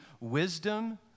wisdom